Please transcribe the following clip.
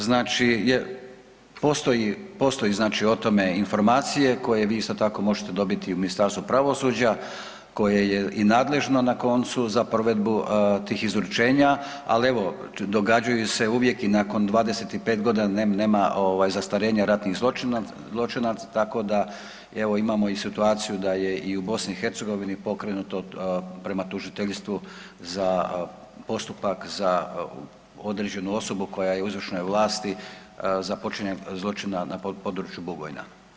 Znači postoji, postoji znači o tome informacije koje vi isto tako možete dobiti i u Ministarstvu pravosuđa koje je i nadležno na koncu za provedbu tih izručenja, ali evo događaju se uvijek i nakon 25.g. nema ovaj zastarijevanja ratnih zločina, tako da evo imamo i situaciju da je i u BiH pokrenuto prema tužiteljstvu za, postupak za određenu osobu koja je u izvršnoj vlasti za počinjenje zločina na području Bugojna.